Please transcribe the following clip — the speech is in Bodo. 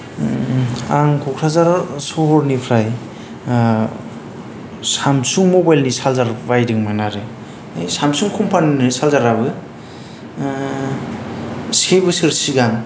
आं क'क्राझाराव सोहोरनिफ्राय सामसां मबाइलनि सार्जार बायदोंमोन आरो सामसां कम्पानिनिनो सार्जाराबो से बोसोर सिगां